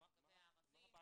לגבי הערבים,